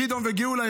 גדעון וגאולה,